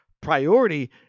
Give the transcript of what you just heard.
priority